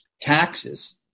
taxes